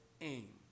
aim